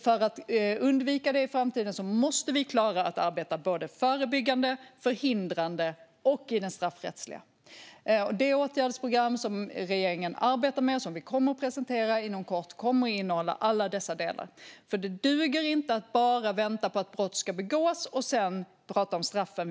För att undvika det i framtiden måste vi klara att arbeta både förebyggande, förhindrande och straffrättsligt. Det åtgärdsprogram som regeringen arbetar med och som vi kommer att presentera inom kort kommer att innehålla alla dessa delar. Det duger inte att bara vänta på att brott ska begås och sedan prata om straffen.